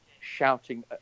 shouting